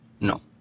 No